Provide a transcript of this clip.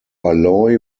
alloy